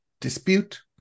dispute